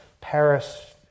Paris